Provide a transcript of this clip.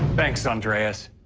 thanks, andreas.